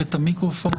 היושב-ראש,